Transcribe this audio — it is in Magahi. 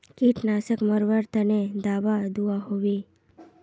कीटनाशक मरवार तने दाबा दुआहोबे?